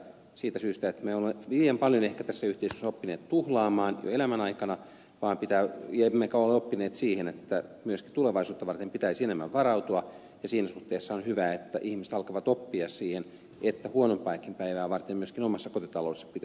siitä syystä että me olemme liian paljon ehkä tässä yhteiskunnassa oppineet tuhlaamaan jo elämän aikana emmekä ole oppineet siihen että myös tulevaisuutta varten pitäisi enemmän varautua ja siinä suhteessa on hyvä että ihmiset alkavat oppia siihen että huonompaakin päivää varten myöskin omassa kotitaloudessa pitää varautua